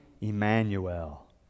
Emmanuel